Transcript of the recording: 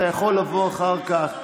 אתה יכול לבוא אחר כך.